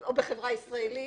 או בחברה ישראלית,